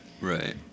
Right